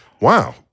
wow